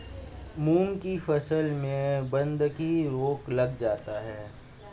मूंग की फसल में बूंदकी रोग लग जाता है